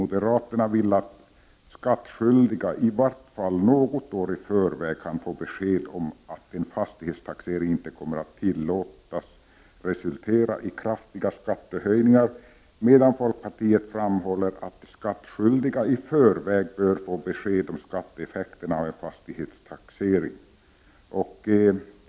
Moderaterna vill att skattskyldiga i vart fall något år i förväg kan få besked om att en fastighetstaxering inte kommer att tillåtas resultera i kraftiga skattehöjningar, medan folkpartiet framhåller att de skattskyldiga i förväg bör få besked om skatteeffekterna av en fastighetstaxering.